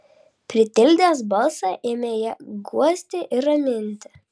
pritildęs balsą ėmė ją guosti ir raminti